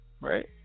Right